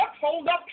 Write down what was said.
hold-up